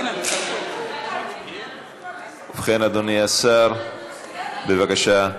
ובכן, אדוני השר, בבקשה.